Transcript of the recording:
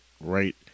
right